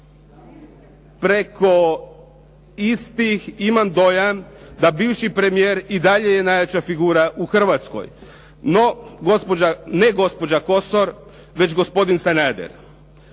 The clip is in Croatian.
preko istih imam dojam da bivši premijer i dalje je najjača figura u Hrvatskoj. No, gospođa, ne gospođa Kosor već gospodin Sanader.